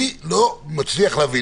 אני לא מצליח להבין.